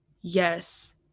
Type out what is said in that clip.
yes